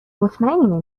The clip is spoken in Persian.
مطمئنی